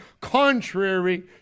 contrary